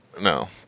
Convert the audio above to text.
No